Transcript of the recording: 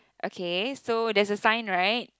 okay so that's a sign right